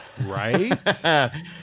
Right